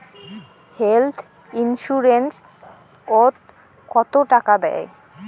Health insurance ওত কত টাকা দেয়?